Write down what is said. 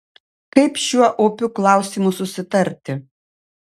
kaip šiuo opiu klausimu susitarti